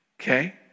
Okay